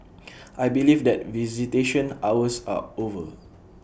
I believe that visitation hours are over